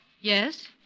Yes